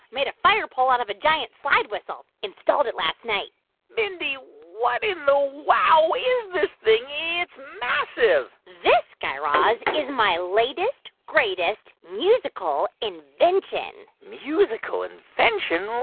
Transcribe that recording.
made a fire pole out of a giant slide whistle. installed it last night mindy, what in the wow is this thing? it's massive this, guy raz, is my latest, greatest musical invention musical invention?